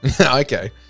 Okay